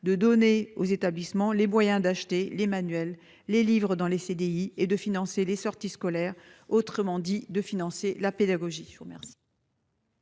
de donner aux établissements les moyens d'acheter les manuels les livres dans les CDI et de financer les sorties scolaires, autrement dit de financer la pédagogie, je vous remercie.